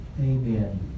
Amen